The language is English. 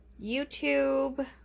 YouTube